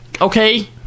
okay